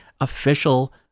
official